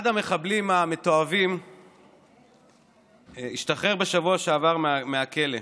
אחד המחבלים המתועבים השתחרר בשבוע שעבר מהכלא.